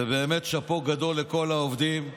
ובאמת שאפו גדול לכל העובדים,